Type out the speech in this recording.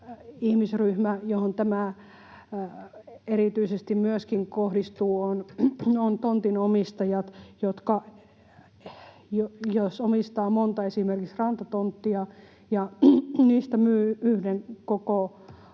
ihmisryhmä, johon tämä myöskin erityisesti kohdistuu, on tontinomistajat. Jos omistaa esimerkiksi monta rantatonttia ja niistä myy yhden,